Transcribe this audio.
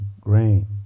grain